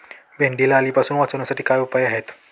भेंडीला अळीपासून वाचवण्यासाठी काय उपाय आहे?